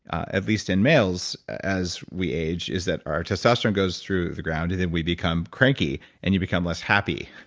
at least in males as we age, is that our testosterone goes through the ground and then we become cranky and you become less happy.